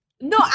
no